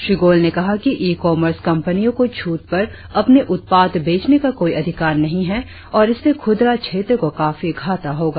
श्री गोयल ने कहा कि ई कॉमर्स कंपनियों को छूट पर अपने उत्पाद बेचने का कोई अधिकार नहीं है और इससे खुदरा क्षेत्र को काफी घाटा होगा